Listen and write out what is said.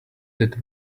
that